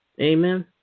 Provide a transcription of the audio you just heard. Amen